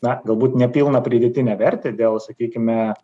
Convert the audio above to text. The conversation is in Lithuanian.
na galbūt ne pilną pridėtinę vertę dėl sakykime